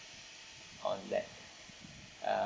on that uh~